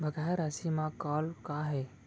बकाया राशि मा कॉल का हे?